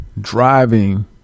driving